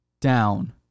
down